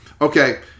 Okay